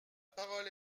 parole